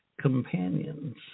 Companions